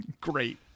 great